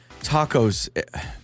tacos